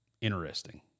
interesting